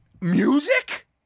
Music